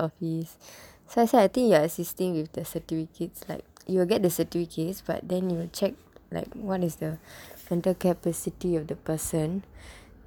office so I say I think you are assisting with the setuids is like you will get the setuid case but then you'll check like what is the mental capacity of the person